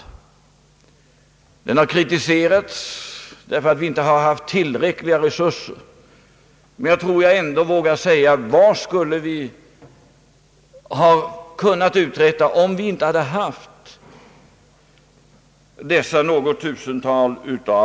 Sjukvården har kritiserats därför att vi inte har haft tillräckliga resurser, men jag tror ändå jag vågar fråga: Vad hade vi kunnat uträtta utan dessa läkare?